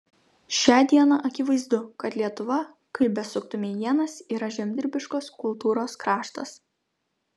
šią dieną akivaizdu kad lietuva kaip besuktumei ienas yra žemdirbiškos kultūros kraštas